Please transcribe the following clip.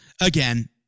again